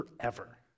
forever